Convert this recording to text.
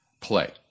play